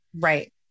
Right